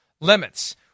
limits